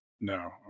no